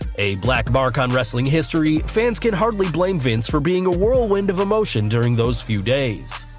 a black mark on wrestling history, fans can hardly blame vince for being a whirlwind of emotion during those few days.